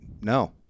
no